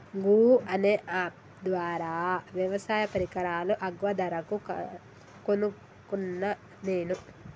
గూ అనే అప్ ద్వారా వ్యవసాయ పరికరాలు అగ్వ ధరకు కొనుకున్న నేను